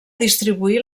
distribuir